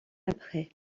après